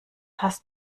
hast